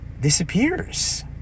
disappears